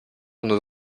nos